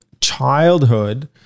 childhood